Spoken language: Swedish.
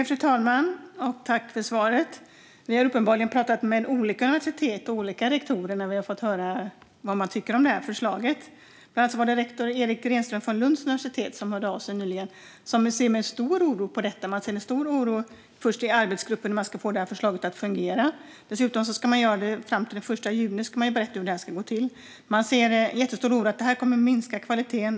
Fru talman! Tack för svaret! Vi har uppenbarligen pratat med olika universitet och olika rektorer när vi har fått höra vad man tycker om det här förslaget. Bland annat hörde rektor Erik Renström från Lunds universitet nyligen av sig. Där ser man med stor oro på detta och på hur man i arbetsgruppen ska få förslaget att fungera. Före den 1 juni ska man berätta hur det ska gå till. Man ser en jättestor oro för att detta kommer att sänka kvaliteten.